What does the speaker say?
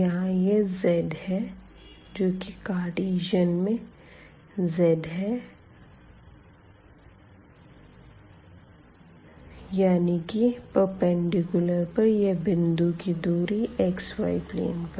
यहाँ यह z है जो कि कार्टीज़न में z है वही है यानी की प्रपेंडिकूलर पर यह बिंदु की दूरी xyप्लेन पर